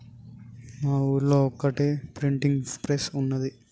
మా ఊళ్లో ఒక్కటే ప్రింటింగ్ ప్రెస్ ఉన్నది